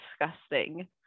disgusting